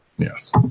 Yes